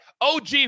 OG